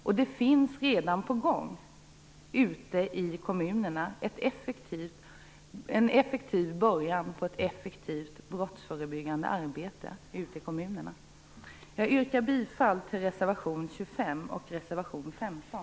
Ute i kommunerna är man redan i gång med en effektiv början på ett effektivt brottsförebyggande arbete. Jag yrkar bifall till reservationerna 25 och 15.